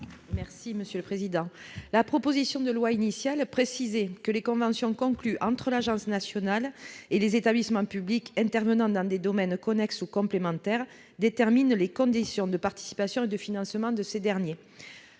Mme Maryse Carrère. La proposition de loi initiale précisait que les conventions conclues entre l'agence nationale de la cohésion des territoires et les établissements publics intervenant dans des domaines connexes ou complémentaires déterminent les conditions de participation et de financement de ces derniers.